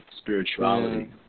spirituality